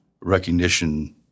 recognition